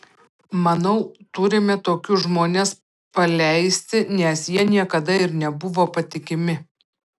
manau turime tokius žmones paleisti nes jie niekada ir nebuvo patikimi